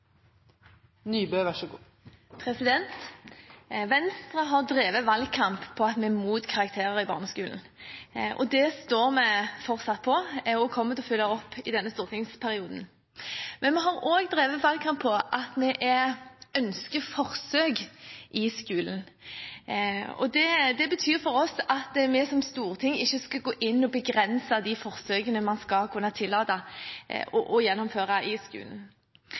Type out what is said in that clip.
mot karakterer i barneskolen. Det står vi fortsatt på. Jeg kommer også til å følge det opp i denne stortingsperioden. Men vi har også drevet valgkamp på at vi ønsker forsøk i skolen. Det betyr for oss at vi som storting ikke skal gå inn og begrense de forsøkene man skal kunne tillate og gjennomføre i